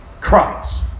Christ